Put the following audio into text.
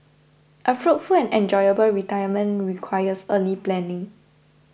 a fruitful and enjoyable retirement requires early planning